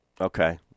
Okay